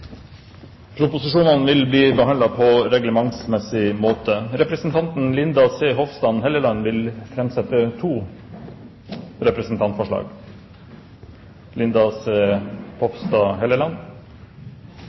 og vil ta sete. Representanten Linda C. Hofstad Helleland vil framsette to representantforslag.